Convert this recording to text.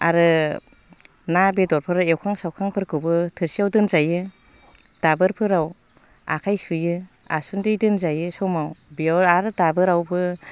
आरो ना बेदरफोर एवखां सावखांफोरखौबो थोरसियाव दोनजायो दाबोरफोराव आखाइ सुयो आसुदै दोनजायै समाव बियाव आरो दाबोरआवबो